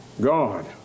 God